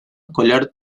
escolar